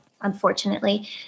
unfortunately